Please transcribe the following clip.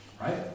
right